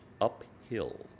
uphill